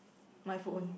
my phone